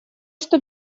что